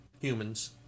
humans